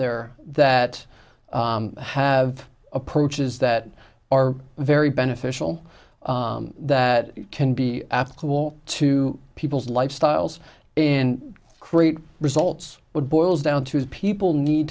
there that have approaches that are very beneficial that can be applicable to people's lifestyles and great results but boils down to people need